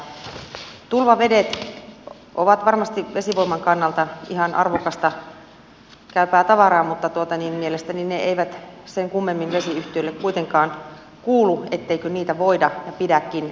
tulvavedet ovat varmasti vesivoiman kannalta ihan arvokasta käypää tavaraa mutta mielestäni ne eivät sen kummemmin vesiyhtiöille kuitenkaan kuulu etteikö niitä voida ja pidäkin säädellä